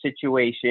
situation